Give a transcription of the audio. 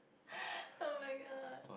oh-my-god